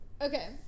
okay